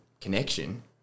connection